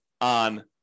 on